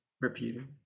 repeating